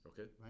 Okay